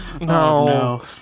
no